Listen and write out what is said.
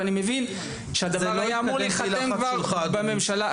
ואני מבין שהדבר הזה היה אמור להיחתם כבר בממשלה הקודמת.